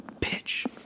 Pitch